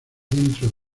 dentro